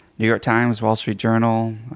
new york times, wall street journal